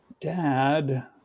Dad